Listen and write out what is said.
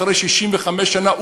אחרי 65 שנה,